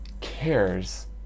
cares